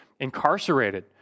incarcerated